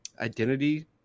identity